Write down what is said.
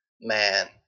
man